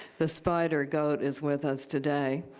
the spider goat is with us today.